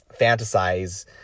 fantasize